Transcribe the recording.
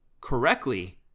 correctly